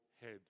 head